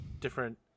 different